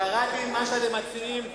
קראתי מה שאתם מציעים.